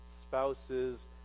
spouses